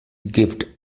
gift